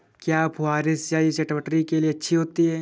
क्या फुहारी सिंचाई चटवटरी के लिए अच्छी होती है?